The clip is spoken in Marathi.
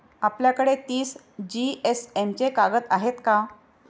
आपल्याकडे तीस जीएसएम चे कागद आहेत का?